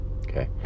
Okay